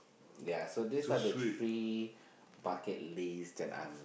ya so these are the three bucket list that I'm